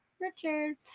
Richard